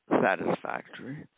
satisfactory